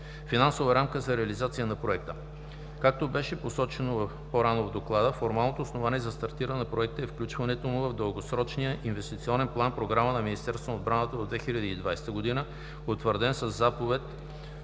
Финансова рамка за реализация на Проекта Както беше посочено по-рано в доклада, формалното основание за стартиране на Проекта е включването му в Дългосрочния инвестиционен План-програма на Министерството на отбраната до 2020 г., утвърден със Заповед